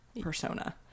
persona